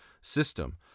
system